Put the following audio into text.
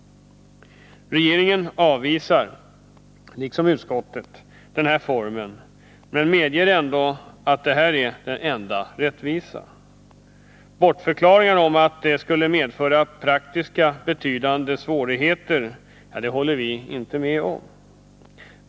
Regeringen avvisar, liksom utskottet, denna form, men medger ändå att det här är det enda rättvisa. Bortförklaringar om att det skulle medföra betydande praktiska svårigheter vill vi inte instämma i.